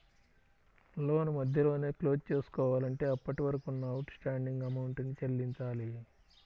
లోను మధ్యలోనే క్లోజ్ చేసుకోవాలంటే అప్పటివరకు ఉన్న అవుట్ స్టాండింగ్ అమౌంట్ ని చెల్లించాలి